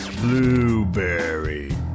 blueberry